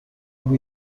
بگو